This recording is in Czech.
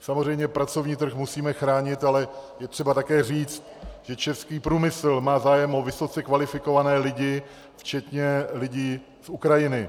Samozřejmě pracovní trh musíme chránit, ale je třeba také říct, že český průmysl má zájem o vysoce kvalifikované lidi včetně lidí z Ukrajiny.